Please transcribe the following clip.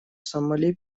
сомали